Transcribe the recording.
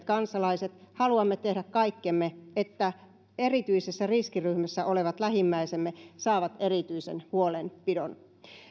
kansalaiset haluamme tehdä kaikkemme että erityisessä riskiryhmässä olevat lähimmäisemme saavat erityisen huolenpidon